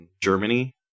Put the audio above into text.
Germany